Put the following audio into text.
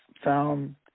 found